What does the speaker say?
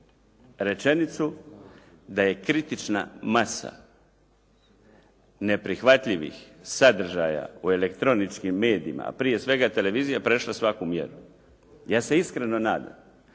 Rečenicu da je kritična masa neprihvatljivih sadržaja u elektroničkim medijima a prije svega televizija prešla svaku mjeru. Ja se iskreno nadam